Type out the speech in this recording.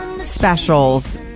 specials